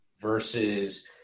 Versus